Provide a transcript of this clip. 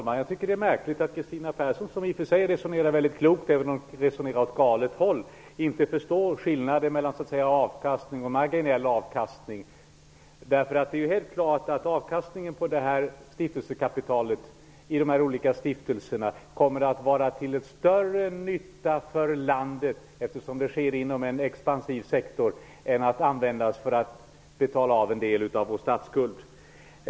Herr talman! Det är märkligt att Kristina Persson, som i och för sig resonerar klokt, även om hon resonerar åt galet håll, inte förstår skillnaden mellan avkastning och marginell avkastning. Det är ju helt klart att avkastningen på kapitalet i de olika stiftelserna kommer att vara till större nytta för landet eftersom den används inom en expansiv sektor än om den används för att betala av en del av vår statsskuld.